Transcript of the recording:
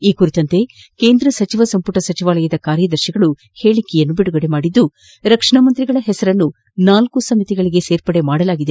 ಈ ಕುರಿತಂತೆ ಕೇಂದ್ರ ಸಚಿವ ಸಂಮಟ ಸಚಿವಾಲಯದ ಕಾರ್ಯದರ್ಶಿ ಅವರು ಹೇಳಿಕೆಯನ್ನು ಬಿಡುಗಡೆ ಮಾಡಿದ್ಲು ರಕ್ಷಣಾಮಂತ್ರಿಗಳ ಪೆಸರನ್ನು ನಾಲ್ನ ಸಮಿತಿಗಳಿಗೆ ಸೇರ್ಪಡೆ ಮಾಡಲಾಗಿದೆ